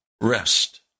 rest